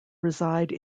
reside